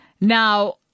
now